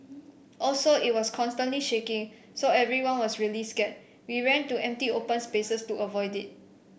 also it was constantly shaking so everyone was really scared we ran to empty open spaces to avoid it